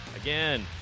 Again